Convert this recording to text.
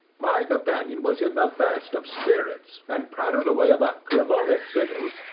my companion was in the best of spirits, and prattled away about cremona fiddles,